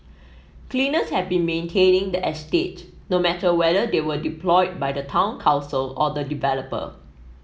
cleaners have been maintaining the estate no matter whether they were deployed by the town council or the developer